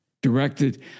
directed